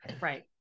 Right